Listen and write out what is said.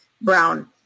brown